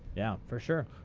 yeah, for sure.